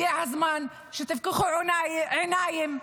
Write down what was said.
הגיע הזמן שתפקחו עיניים,